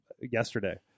yesterday